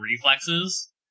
reflexes